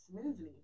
smoothly